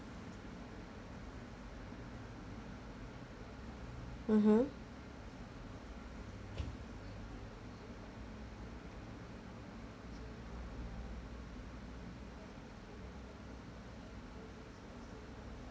mmhmm